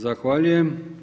Zahvaljujem.